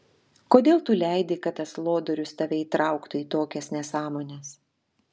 kodėl tu leidi kad tas lodorius tave įtrauktų į tokias nesąmones